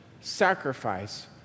sacrifice